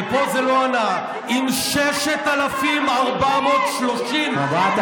ופה זה לא הנאה, עם 6,430 מתים,